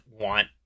want